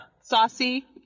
Saucy